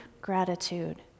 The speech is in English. gratitude